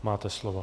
Máte slovo.